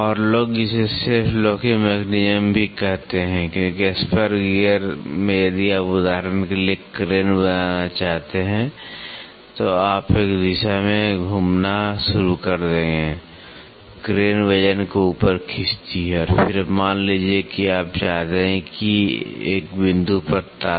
और लोग इसे सेल्फ लॉकिंग मैकेनिज्म भी कहते हैं क्योंकि स्पर गियर में यदि आप उदाहरण के लिए क्रेन बनाना चाहते हैं तो आप एक दिशा में घूमना शुरू कर देंगे क्रेन वजन को ऊपर खींचती है और फिर मान लीजिए कि आप चाहते हैं एक बिंदु पर ताला